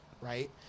Right